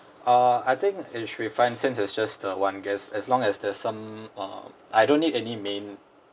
uh I think it should be fine since it's just uh one guest as long as there's some uh I don't need any main